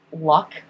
luck